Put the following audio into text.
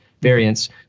variants